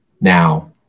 now